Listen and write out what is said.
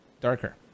darker